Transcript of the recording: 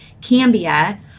Cambia